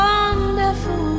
Wonderful